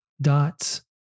dots